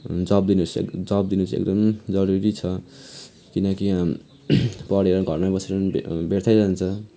जब दिनु स् जब दिनु चाहिँ एकदम जरुरी छ किनकि पढ़ेर पनि घरमै बसिरहनु पनि व्यर्थै जान्छ